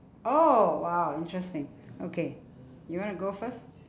oh !wow! interesting okay you want to go first